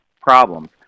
problems